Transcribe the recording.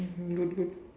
uh good good